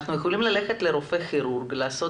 אנחנו יכולים ללכת לרופא כירורג לעשות